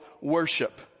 worship